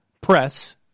press